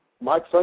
Mike